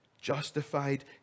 justified